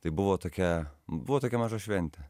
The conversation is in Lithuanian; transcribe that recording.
tai buvo tokia buvo tokia maža šventė